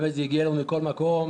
באמת זה הגיע אלינו מכל מקום,